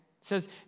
says